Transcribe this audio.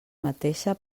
mateixa